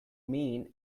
mean